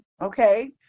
Okay